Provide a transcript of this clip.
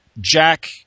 Jack